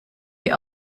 wie